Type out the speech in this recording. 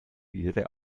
ihre